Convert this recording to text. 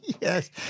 yes